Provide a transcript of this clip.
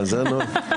זה הנוהג?